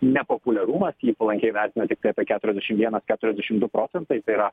nepopuliarumas jį palankiai vertina tiktai apie keturiasdešim vienas keturiasdešim du procentai tai yra